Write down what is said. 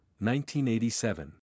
1987